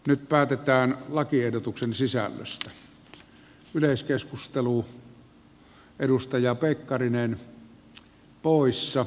nyt päätetään lakiehdotuksen sisällöstä